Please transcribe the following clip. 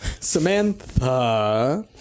Samantha